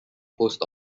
post